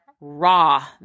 raw